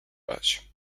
badge